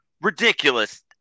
ridiculous